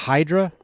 Hydra